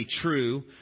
true